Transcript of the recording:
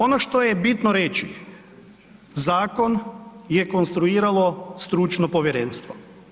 Ono što je bitno reći, zakon je konstruiralo stručno povjerenstvo.